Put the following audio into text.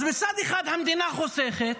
אז מצד אחד, המדינה חוסכת,